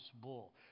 bull